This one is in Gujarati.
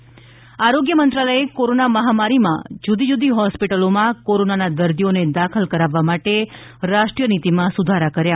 ૈ આરોગ્ય મંત્રાલયે કોરોના મહામારીમાં જુદી જુદી હોસ્પિટલોમાં કોરોનાના દર્દીઓને દાખલ કરાવવા માટે રાષ્ટ્રીય નીતીમાં સુધારા કર્યા